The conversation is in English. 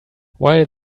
while